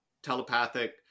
telepathic